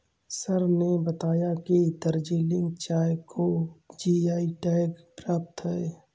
sir ने बताया कि दार्जिलिंग चाय को जी.आई टैग प्राप्त है